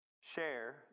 share